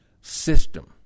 system